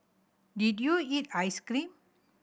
did you eat ice cream